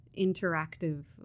interactive